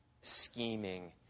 scheming